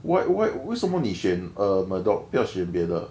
why why 为什么你选 murdoch 不要选别的